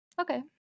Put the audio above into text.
okay